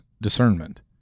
discernment